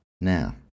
Now